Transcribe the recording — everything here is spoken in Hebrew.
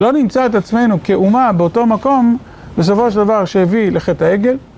לא נמצא את עצמנו כאומה באותו מקום בסופו של דבר שהביא לחטא העגל?